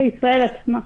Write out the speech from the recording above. בישראל עצמה.